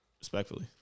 Respectfully